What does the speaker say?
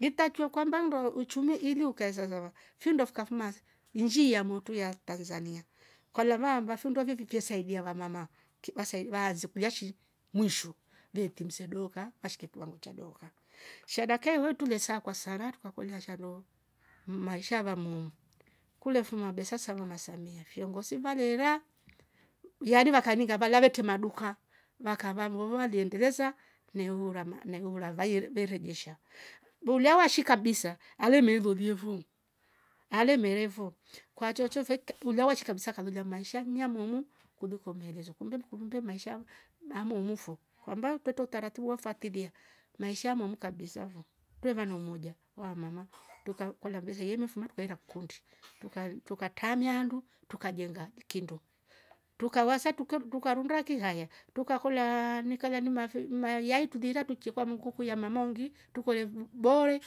itachue kwamba ndo uchume ili ukae zazava findo fukafuma inji ya moto ya tanzania kolwa mavamba findo vyefifi vye saidia wamama ki waanze kulia shi mwisho ngete msedoka ashkeke kiwango cha doka. shadakie wertu lesa kwasara tukakolia ashalo mmaisha vamu kule mfuma besa sava ma samia viongozi valera yani vakaninga valertuma maduka makavamo muova liendeleza nieula ma neular vaie verejesha vuliwa shika kabisa ameiloliefo alemerevo kwa chochote ki ulewa chika msa kamla maish niamomo kuliko maelezo kumbe mkumbe maisha amomofo kwamba mtoto taratiwa mfuatilia maisha mwamka kabisavo tueva umoja wa mama tuka kola mbeze iyenufuma tukaenda kikundi tuka tukatamiandu tukajenga kindu tukawasa tukoro tuka rundaki haya tukakolaa ni kalia mima fyo maiyatu tudira tunchekwa munguku yama ungi tukoverb bore